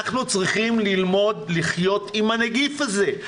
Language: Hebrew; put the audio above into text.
אנחנו צריכים ללמוד לחיות עם הנגיף הזה.